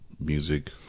music